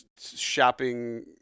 shopping